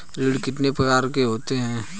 ऋण कितने प्रकार के होते हैं?